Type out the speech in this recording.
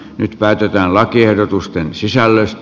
nyt päätetään lakiehdotusten sisällöstä